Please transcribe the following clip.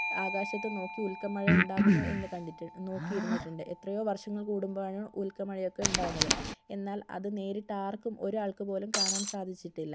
ആകാശത്ത് നോക്കി ഉൽക്ക മഴ ഉണ്ടാകുമോ എന്ന് കണ്ടിട്ട് നോക്കിയിരുന്നിട്ടുണ്ട് എത്രയോ വർഷങ്ങൾ കൂടുമ്പോഴാണ് ഉൽക്ക മഴയൊക്കെ ഉണ്ടാകുന്നത് എന്നാൽ അത് നേരിട്ടാർക്കും ഒരാൾക്ക് പോലും കാണാൻ സാധിച്ചിട്ടില്ല